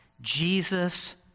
Jesus